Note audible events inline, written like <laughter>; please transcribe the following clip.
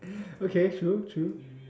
<breath> okay true true